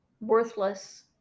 worthless